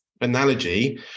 analogy